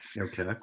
Okay